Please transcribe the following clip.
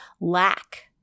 lack